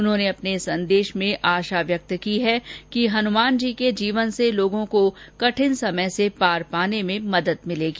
उन्होंने अपने संदेश में आशा व्यक्त की है कि हनुमान जी के जीवन से लोगों को कठिन समय से पार पाने में मदद मिलेगी